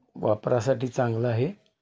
वापरासाठी चांगलं आहे